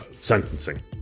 sentencing